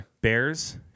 Bears